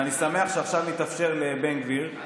ואני שמח שעכשיו מתאפשר לבן גביר,